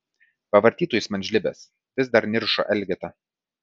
pavartytų jis man žlibes vis dar niršo elgeta